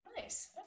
nice